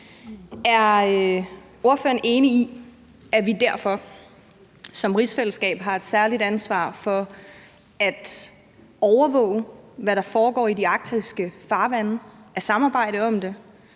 Er ordføreren enig i, at vi derfor som rigsfællesskab har et særligt ansvar for at overvåge, hvad der foregår i de arktiske farvande, at samarbejde om det